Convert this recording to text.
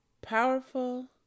powerful